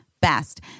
best